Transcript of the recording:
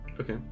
okay